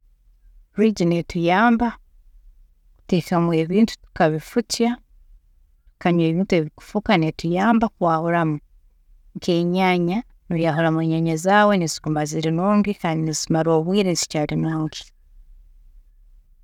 Fridge netuyamba kuteekamu ebintu tukabifukya, tukanywa ebintu ebikufuka netuyamba kwahuramu nk'enyaanya, noyahuramu enyaanya zaawe niziiguma ziri nungi kandi nizimara obwiire zikyari nungi.